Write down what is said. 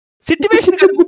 Situation